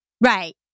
Right